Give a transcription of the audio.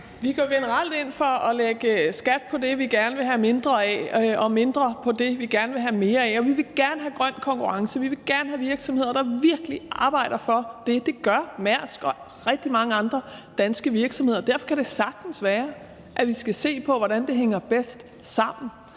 Vi går generelt ind for at lægge skat på det, vi gerne vil have mindre af, og mindre skat på det, vi gerne vil have mere af. Og vi vil gerne have grøn konkurrence, vi vil gerne have virksomheder, der virkelig arbejder for det, og det gør Mærsk og rigtig mange andre danske virksomheder. Derfor kan det sagtens være, at vi skal se på, hvordan det hænger bedst sammen.